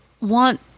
want